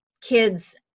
kids